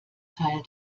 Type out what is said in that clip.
teil